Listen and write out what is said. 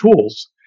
tools